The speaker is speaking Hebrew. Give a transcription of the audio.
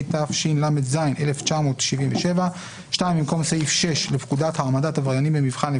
התשל"ז 1977"; במקום "סעיף 6 לפקודת העמדת עבריינים במבחן,